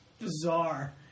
bizarre